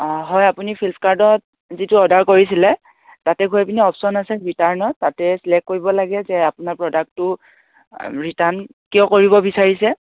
অঁ হয় আপুনি ফ্লিপকাৰ্টত যিটো অৰ্ডাৰ কৰিছিলে তাতে গৈ পিনি অপশ্যন আছে ৰিটাৰ্ণৰ তাতে চিলেক্ট কৰিব লাগে যে আপোনাৰ প্ৰডাক্টটো ৰিটাৰ্ণ কিয় কৰিব বিচাৰিছে